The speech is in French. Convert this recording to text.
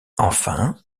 enfin